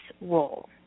role